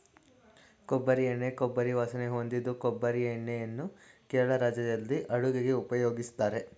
ಕೊಬ್ಬರಿ ಎಣ್ಣೆ ಕೊಬ್ಬರಿ ವಾಸನೆ ಹೊಂದಿದ್ದು ಕೊಬ್ಬರಿ ಎಣ್ಣೆಯನ್ನು ಕೇರಳ ರಾಜ್ಯದಲ್ಲಿ ಅಡುಗೆಗೆ ಉಪಯೋಗಿಸ್ತಾರೆ